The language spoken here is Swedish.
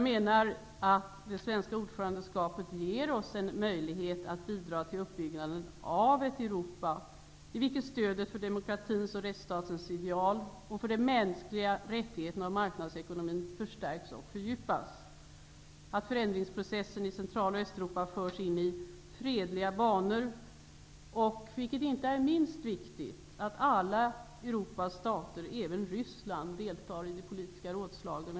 Det svenska ordförandeskapet ger oss en möjlighet att bidra till uppbyggandet av ett Europa, i vilket stödet för demokratins och rättsstatens ideal, för de mänskliga rättigheterna och för marknadsekonomin förstärks och fördjupas. Ordförandeskapet ger oss också möjlighet bidra till att se till att förändringsprocessen i Central och Östeuropa förs in i fredliga banor och -- vilket inte är minst viktigt -- att alla Europas stater, även Ryssland, deltar i de politiska rådslagen.